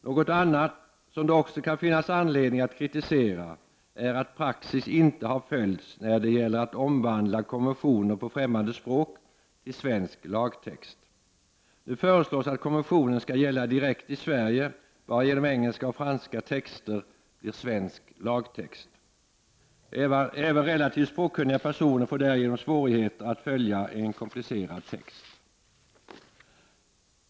Något annat, som det också kan finnas anledning att kritisera, är att praxis inte har följts när det gäller att omvandla konventioner på främmande språk till svensk lagtext. Nu föreslås att konventionen skall gälla direkt i Sverige, varigenom engelska och franska texter blir svensk lagtext. Även relativt språkkunniga personer får därigenom svårigheter att följa en komplicerad text.